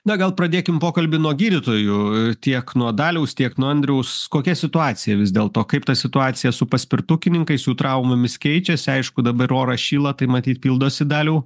na gal pradėkim pokalbį nuo gydytojų tiek nuo daliaus tiek nuo andriaus kokia situacija vis dėlto kaip ta situacija su paspirtukininkais su traumomis keičiasi aišku dabar oras šyla tai matyt pildosi daliau